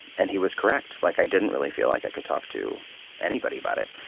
and he was correct. like, i didn't really feel like i could talk to anybody about it.